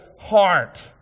heart